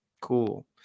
cool